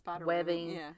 webbing